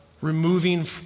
removing